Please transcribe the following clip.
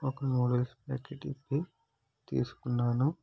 ఒక noodles packet అయితే తీసుకున్నాను